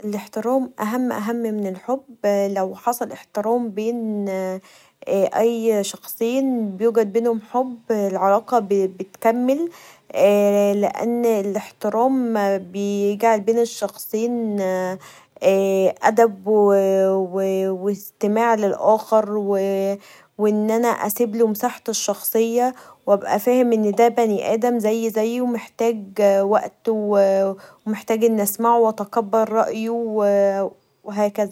الاحترام اهم اهم من الحب لو حصل احترام بين اي شخصين و يوجد بينهم حب العلاقه بتكمل لان الاحترام بيجعل بين الشخصين ادب و استماع للاخر و ان أنا اسيبه له مساحته الشخصيه و ابقي فاهم ان دا بني ادم زيي زيه محتاج وقت و محتاج اني اسمعه و اتقبل رأيه و هكذا.